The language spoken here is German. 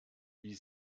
wie